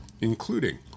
including